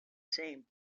same